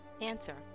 Answer